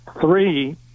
Three